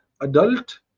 adult